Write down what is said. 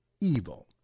evil